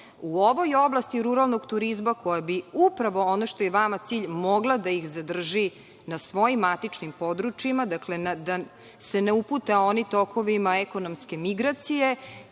u ovoj oblasti ruralnog turizma koja bi, upravo ono što je i vama cilj, mogla da ih zadrži na svojim matičnim područjima, dakle, da se ne upute onim tokovima ekonomske migracije